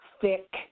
thick